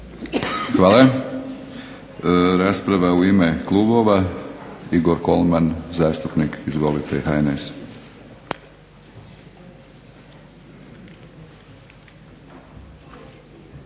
Hvala. Rasprava u ime klubova. Igor Kolman zastupnik HNS-a.